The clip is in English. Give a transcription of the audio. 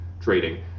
trading